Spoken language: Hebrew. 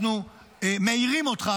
אנחנו מעירים אותך,